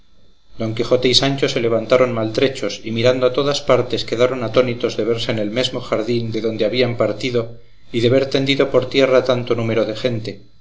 don quijote y sancho se levantaron maltrechos y mirando a todas partes quedaron atónitos de verse en el mesmo jardín de donde habían partido y de ver tendido por tierra tanto número de gente